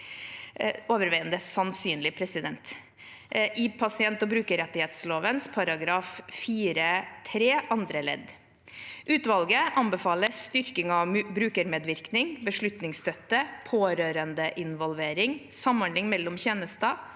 i pasient- og brukerrettighetsloven § 4-3 andre ledd. Utvalget anbefaler styrking av brukermedvirkning, beslutningsstøtte, pårørendeinvolvering, samhandling mellom tjenester,